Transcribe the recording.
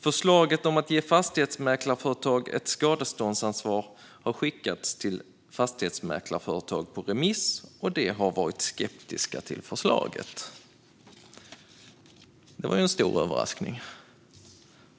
Förslaget om att ge fastighetsmäklarföretag ett skadeståndsansvar har skickats till fastighetsmäklarföretag på remiss, och de har varit skeptiska till förslaget. Det var en stor överraskning.